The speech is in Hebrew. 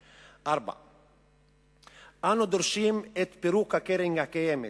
4. אנו דורשים את פירוק הקרן הקיימת